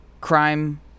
Crime